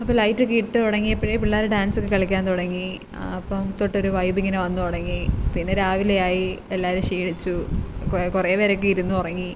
അപ്പം ലൈറ്റൊക്കെ ഇട്ട് തുടങ്ങിയപ്പഴേ പിള്ളേർ ഡാൻസൊക്കെ കളിക്കാൻ തുടങ്ങി അപ്പം തൊട്ട് ഒരു വൈബ് ഇങ്ങനെ വന്നു തുടങ്ങി പിന്നെ രാവിലെയായി എല്ലാവരും ക്ഷീണിച്ചു കുറേ പേരൊക്കെ ഇരുന്നുറങ്ങി